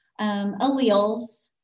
alleles